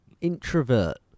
introvert